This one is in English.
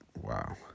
wow